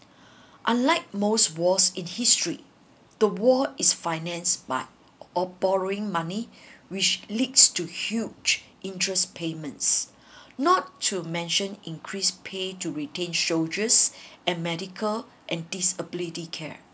unlike most wars in history the war is finance part of borrowing money which leads to huge interest payments not to mention increased pay to retain soldiers and medical and disability care